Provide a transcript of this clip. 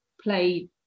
play